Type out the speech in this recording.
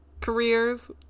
careers